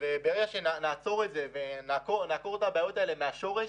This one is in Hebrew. ברגע שנעצור את זה ונעקור את הבעיות האלה מהשורש,